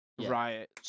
Riot